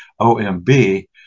OMB